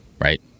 right